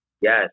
yes